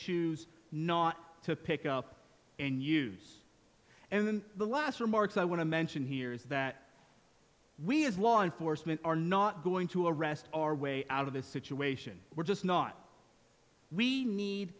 choose not to pick up and use and then the last remarks i want to mention here is that we as law enforcement are not going to arrest our way out of this situation we're just not we need